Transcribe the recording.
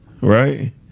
right